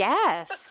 Yes